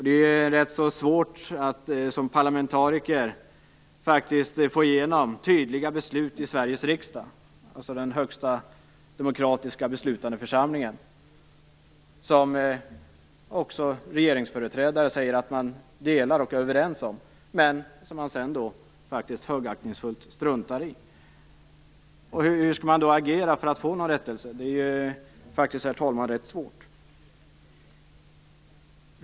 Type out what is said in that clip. Det är rätt svårt att som parlamentariker faktiskt få igenom tydliga beslut i Sveriges riksdag, den högsta demokratiska beslutande församlingen, som också regeringsföreträdare är överens om men som de sedan högaktningsfullt struntar i. Hur skall man då agera för att få någon rättelse? Det är, herr talman, faktiskt rätt svårt.